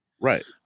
right